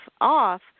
off